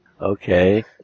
Okay